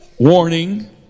Warning